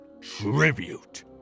tribute